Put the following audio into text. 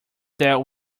that